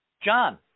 John